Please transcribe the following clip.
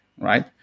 right